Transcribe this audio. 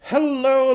Hello